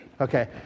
Okay